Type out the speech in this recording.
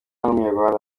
n’umunyarwanda